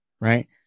right